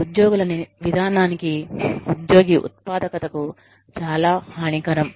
ఉద్యోగుల విధానానికి ఉద్యోగి ఉత్పాదకతకు చాలా హానికరం